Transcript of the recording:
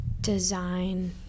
design